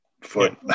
foot